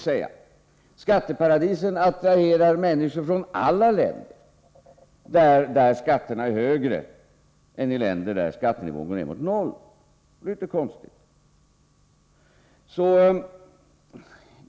Skatteparadisen attraherar alltså människor från alla länder där skatterna är högre än i länder där skattenivån går ned mot noll. Det är inte konstigt.